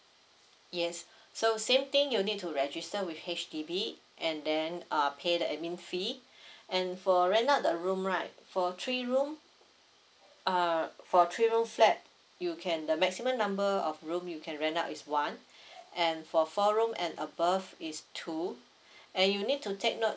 yes so same thing you need to register with H_D_B and then uh pay the admin fee and for rent out the room right for three room err for three room flat you can the maximum number of room you can rent out is one and for four room and above is two and you need to take note